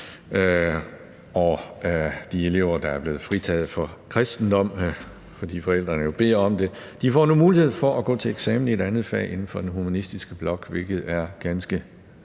Og de elever, der er blevet fritaget for kristendom, fordi forældrene jo beder om det, får nu muligheden for at gå til eksamen i et andet fag inden for den humanistiske blok, hvilket er ganske